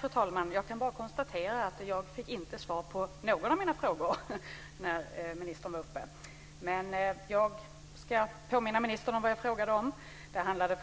Fru talman! Jag konstaterar bara att jag inte fick svar av ministern på någon av mina frågor. Men jag ska påminna ministern om det som jag frågade om. Först handlade